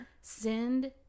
send